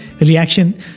reaction